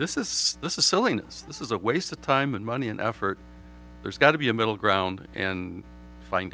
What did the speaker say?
this is this is silliness this is a waste of time and money and effort there's got to be a middle ground and find